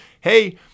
hey